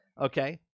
Okay